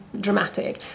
dramatic